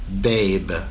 Babe